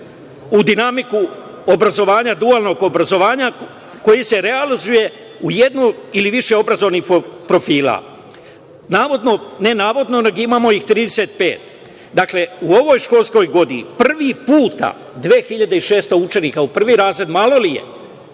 u dinamiku dualnog obrazovanja koji se realizuje u jednu ili više obrazovnih profila. Imamo ih 35.Dakle, u ovoj školskoj godini, prvi put, 2.600 učenika u prvi razred. Malo li je?